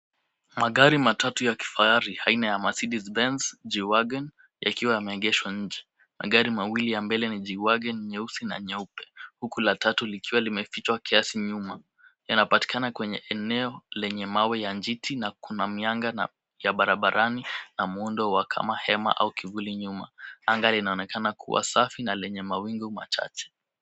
Magari matatu ya kifahari aina ya Mercedes Benz G-Wagon yakiwa yameegeshwa nje. Magari mawili ya mbele ni G-Wagon nyeusi na nyeupe huku la tatu likiwa limefichwa kiasi nyuma. Yanapatikana kwenye eneo lenye mawe ya njiti na kuna mianga ya barabarani na muundo wa kama hema au kivuli nyuma. Anga linaonekana kuwa safi na lenye mawingu machache.